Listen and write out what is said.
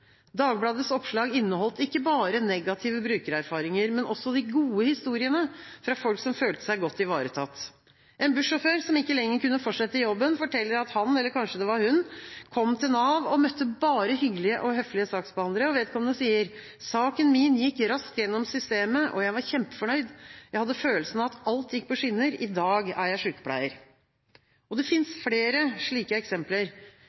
fra folk som følte seg godt ivaretatt. En bussjåfør som ikke lenger kunne fortsette i jobben, forteller at han – eller kanskje det var hun – kom til Nav og møtte bare hyggelige og høflige saksbehandlere. Vedkommende sier: «Saken min gikk raskt gjennom systemet, og jeg var kjempefornøyd. Jeg hadde følelsen av at alt gikk på skinner. I dag er jeg sykepleier.» Det finnes flere slike eksempler.